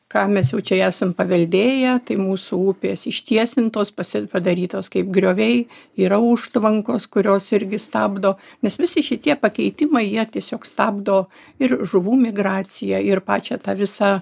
ką mes jau čia esam paveldėję tai mūsų upės ištiesintos pasi padarytos kaip grioviai yra užtvankos kurios irgi stabdo nes visi šitie pakeitimai jie tiesiog stabdo ir žuvų migraciją ir pačią tą visą